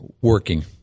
working